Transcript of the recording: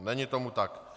Není tomu tak.